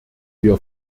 wir